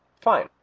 Fine